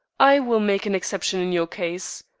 i will make an exception in your case.